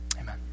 amen